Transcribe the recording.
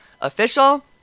Official